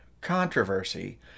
controversy